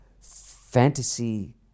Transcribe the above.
fantasy